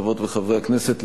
חברות וחברי הכנסת,